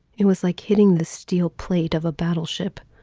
it was like hitting the steel plate of a battleship.